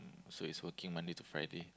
so it's working Monday to Friday